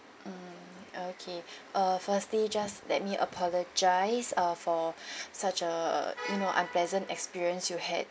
hmm okay uh firstly just let me apologise uh for such a you know unpleasant experience you had